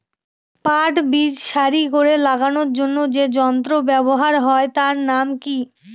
পাট বীজ সারি করে লাগানোর জন্য যে যন্ত্র ব্যবহার হয় তার নাম কি?